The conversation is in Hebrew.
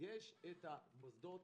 מוסדות